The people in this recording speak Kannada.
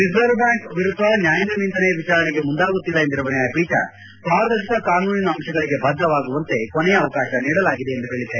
ರಿಸರ್ವ್ ಬ್ಯಾಂಕ್ ವಿರುದ್ದ ನ್ನಾಯಾಂಗ ನಿಂದನೆ ವಿಚಾರಣೆಗೆ ಮುಂದಾಗುತ್ತಿಲ್ಲ ಎಂದಿರುವ ನ್ನಾಯಪೀಠ ಪಾರದರ್ಶಕ ಕಾನೂನಿನ ಅಂಶಗಳಿಗೆ ಬದ್ದವಾಗುವಂತೆ ಕೊನೆಯ ಅವಕಾಶ ನೀಡಲಾಗಿದೆ ಎಂದು ಹೇಳಿದೆ